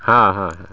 हाँ हाँ हाँ